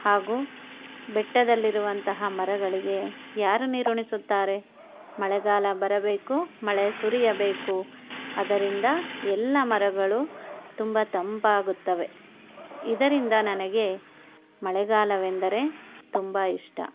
ಹಾಗೂ ಬೆಟ್ಟದಲ್ಲಿರುವಂತಹ ಮರಗಳಿಗೆ ಯಾರು ನೀರುಣಿಸುತ್ತಾರೆ ಮಳೆಗಾಲ ಬರಬೇಕು ಮಳೆ ಸುರಿಯಬೇಕು ಅದರಿಂದ ಎಲ್ಲ ಮರಗಳು ತುಂಬಾ ತಂಪಾಗುತ್ತವೆ ಇದರಿಂದ ನನಗೆ ಮಳೆಗಾಲವೆಂದರೆ ತುಂಬ ಇಷ್ಟ